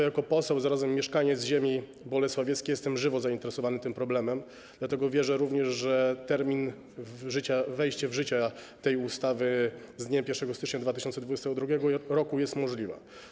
Jako poseł i zarazem mieszkaniec ziemi bolesławieckiej jestem żywo zainteresowany tym problemem, dlatego wierzę również, że termin wejście w życia tej ustawy z dniem 1 stycznia 2022 r. jest możliwy.